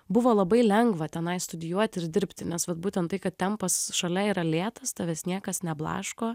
buvo labai lengva tenai studijuoti ir dirbti nes vat būtent tai kad tempas šalia yra lėtas tavęs niekas neblaško